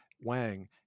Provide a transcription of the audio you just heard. Wang